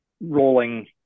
rolling